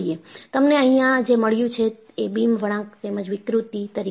તમને અહીંયા જે મળ્યું છે એ બીમ વળાંક તેમજ વિકૃતિ તરીકે છે